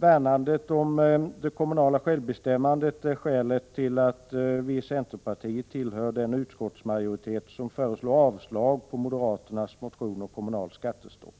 Värnandet om det kommunala självbestämmandet är skälet till att vi i centerpartiet tillhör den utskottsmajoritet som föreslår avslag på moderaternas motion om kommunalt skattestopp.